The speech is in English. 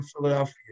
Philadelphia